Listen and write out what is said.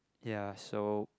ya so